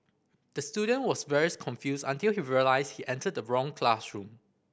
the student was very confused until he realised he entered the wrong classroom